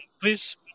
please